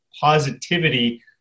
positivity